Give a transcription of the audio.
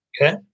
Okay